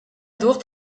docht